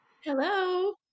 hello